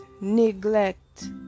neglect